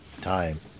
time